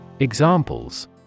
Examples